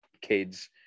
kids